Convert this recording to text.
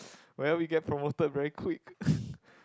well you get promoted very quick